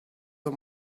the